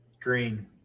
Green